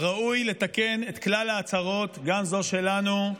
ראוי לתקן את כלל ההצהרות, גם זו שלנו,